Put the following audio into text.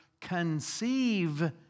conceive